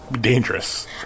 dangerous